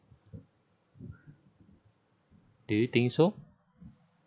do you think so